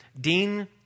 Dean